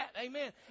Amen